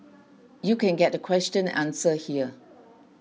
you can get the question answer here